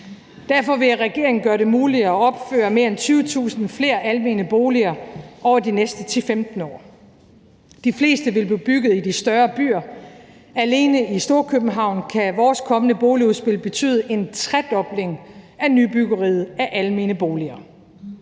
Derfor vil regeringen gøre det muligt at opføre mere end 20.000 flere almene boliger over de næste 10-15 år. De fleste vil blive bygget i de større byer. Alene i Storkøbenhavn kan vores kommende boligudspil betyde en tredobling af nybyggeriet af almene boliger.